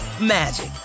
magic